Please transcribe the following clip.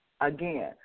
Again